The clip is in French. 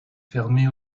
fermée